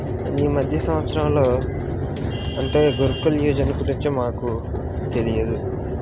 ఈ మధ్య సంవత్సరంలో అంటే గురుకులయోజన గురించి మాకు తెలియదు